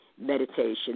meditation